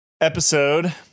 episode